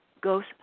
goes